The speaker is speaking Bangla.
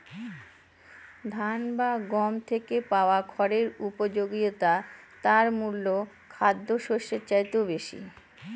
ধান বা গম থেকে পাওয়া খড়ের উপযোগিতা তার মূল খাদ্যশস্যের চাইতেও বেশি